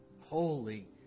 Holy